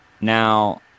now